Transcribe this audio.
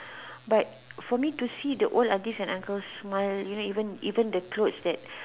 but for me to see the old aunties and uncles smile you know even even the clothes that